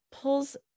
pulls